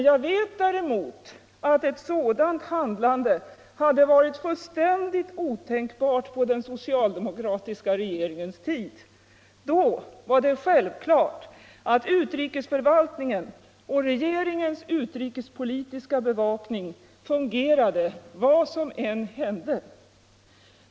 Jag vet däremot att något sådant hade varit otänkbart på den socialdemokratiska regeringens tid. Då var det självklart att utrikesförvaltningen och regeringens utrikespolitiska bevakning fungerade vad som än hände.